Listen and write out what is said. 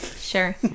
Sure